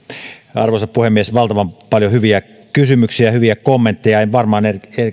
arvoisa puhemies valtavan paljon hyviä kysymyksiä ja hyviä kommentteja en varmaan